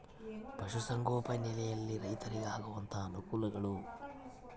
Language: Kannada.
ಪಶುಸಂಗೋಪನೆಯಲ್ಲಿ ರೈತರಿಗೆ ಆಗುವಂತಹ ಅನುಕೂಲಗಳು?